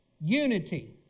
unity